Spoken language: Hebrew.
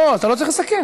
לא, אתה לא צריך לסכם.